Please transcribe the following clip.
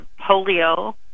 polio